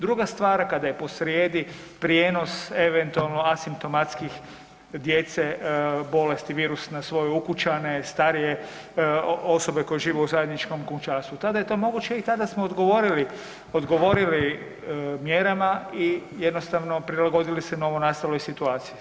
Druga stvar, kada je posrijedi prijenos eventualno asimptomatskih djece bolesti virus na svoje ukućane, starije osobe koje žive u zajedničkom kućanstvu, tada je to moguće i tada smo odgovorili mjerama i jednostavno prilagodili se novonastaloj situaciji.